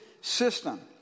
system